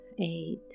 eight